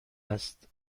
است